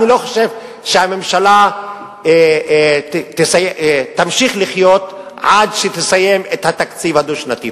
אני לא חושב שהממשלה תמשיך לחיות עד שתסיים את התקציב הדו-שנתי.